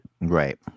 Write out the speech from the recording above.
right